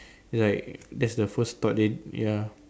like there's the first thought they ya